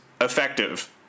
effective